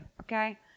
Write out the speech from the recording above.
Okay